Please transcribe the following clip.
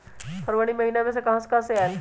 फरवरी महिना मे कहा कहा से पैसा आएल?